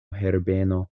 herbeno